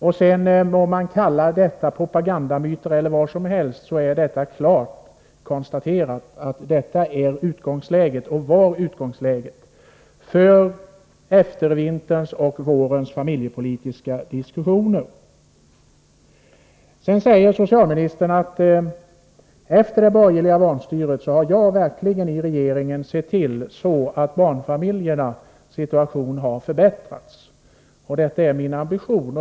Man må kalla detta propagandamyter eller vad som helst, men det kan klart konstateras att detta var utgångsläget för eftervinterns och vårens familjepolitiska diskussioner. Sedan säger socialministern: Efter det borgerliga vanstyret har jag verkligen i regeringen sett till att barnfamiljernas situation förbättrats, och detta är min ambition.